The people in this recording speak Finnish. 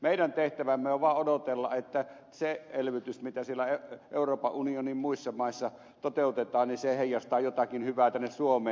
meidän tehtävämme on vaan odotella että se elvytys mitä siellä euroopan unionin muissa maissa toteutetaan heijastaa jotakin hyvää tänne suomeen